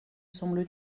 semble